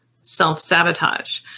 self-sabotage